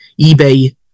eBay